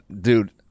dude